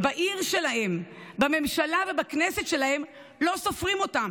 בעיר שלהם, בממשלה ובכנסת שלהם, לא סופרים אותם.